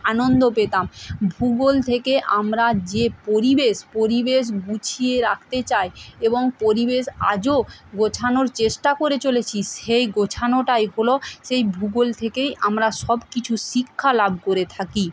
আনন্দ পেতাম ভূগোল থেকে আমরা যে পরিবেশ পরিবেশ গুছিয়ে রাখতে চায় এবং পরিবেশ আজও গোছানোর চেষ্টা করে চলেছি সেই গোছানোটায় হলো সেই ভূগোল থেকেই আমরা সব কিছু শিক্ষা লাভ করে থাকি